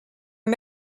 are